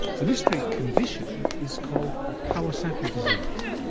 the mystery condition is called kawasaki disease.